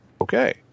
Okay